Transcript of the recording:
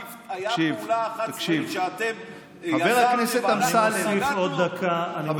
הייתה פעולה צבאית אחת שאתם יזמתם ואנחנו התנגדנו?